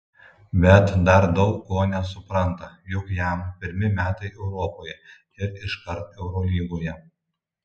bet dar daug ko nesupranta juk jam pirmi metai europoje ir iškart eurolygoje